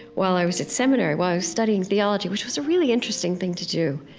while i was at seminary, while i was studying theology, which was a really interesting thing to do,